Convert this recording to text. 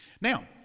Now